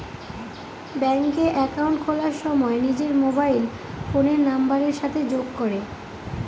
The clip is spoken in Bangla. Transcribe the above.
ব্যাঙ্কে একাউন্ট খোলার সময় নিজের মোবাইল ফোনের নাম্বারের সাথে যোগ করে